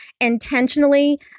intentionally